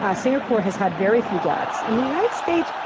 ah singapore has had very few deaths. and the united states,